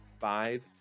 five